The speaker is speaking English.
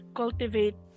cultivate